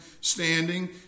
standing